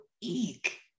eek